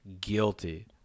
guilty